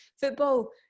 football